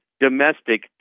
domestic